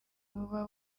buba